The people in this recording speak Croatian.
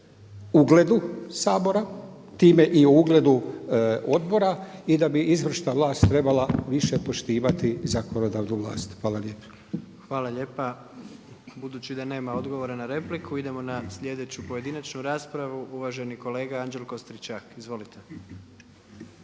ugledu Sabora, time i o ugledu odbora i da bi izvršna vlast trebala više poštivati zakonodavnu vlast. Hvala lijepa. **Jandroković, Gordan (HDZ)** Hvala lijepa. Budući da nema odgovora na repliku idemo na sljedeću pojedinačnu raspravu. Uvaženi kolega Anđelko Stričak. Izvolite.